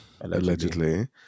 Allegedly